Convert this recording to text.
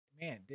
Man